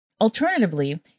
Alternatively